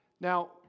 Now